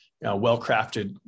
well-crafted